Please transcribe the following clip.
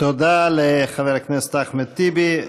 תודה לחבר הכנסת אחמד טיבי.